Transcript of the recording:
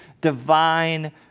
divine